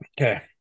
Okay